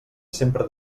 sempre